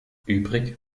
übrig